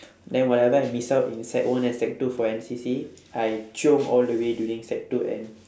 then whatever I miss out in sec one and sec two for N_C_C I chiong all the way during sec two end